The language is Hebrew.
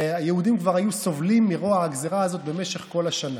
היהודים כבר סבלו מרוע הגזרה הזו במשך כל השנה.